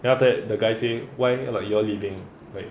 then after that the guy say why you all like you all leaving like